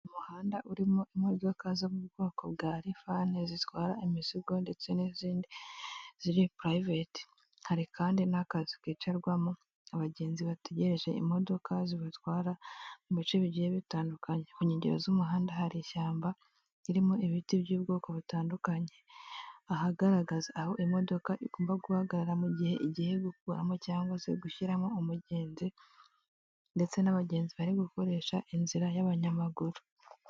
Umuhanda urimo imodoka zo mu bwoko bwa lifane zitwara imizigo ndetse n'izindi ziri private, hari kandi n'akazu kicarwamo n' abagenzi bategereje imodoka zibatwara mu bice bigiye bitandukanye. Kunkengero z'umuhanda hari ishyamba ririmo ibiti by'ubwoko butandukanye, ahagaragara aho imodoka igomba guhagarara mu gihe igiye gukuramo cyangwa se gushyiramo umugenzi ndetse n'abagenzi bari gukoresha inzira y'abanyamaguru.